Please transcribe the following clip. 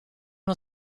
uno